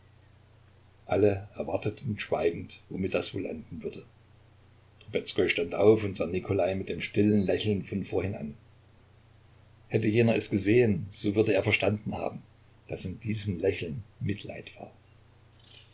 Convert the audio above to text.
alle erwarteten schweigend womit das wohl enden würde trubezkoi stand auf und sah nikolai mit dem stillen lächeln von vorhin an hätte jener es gesehen so würde er verstanden haben daß in diesem lächeln mitleid war